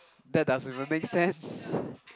that doesn't even make sense